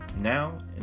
now